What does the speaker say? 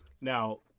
Now